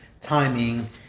timing